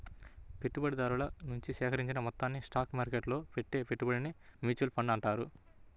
పెట్టుబడిదారుల నుంచి సేకరించిన మొత్తాలతో స్టాక్ మార్కెట్టులో పెట్టే పెట్టుబడినే మ్యూచువల్ ఫండ్ అంటారు